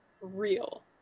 real